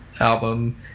album